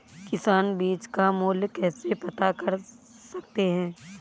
किसान बीज का मूल्य कैसे पता कर सकते हैं?